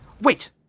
Wait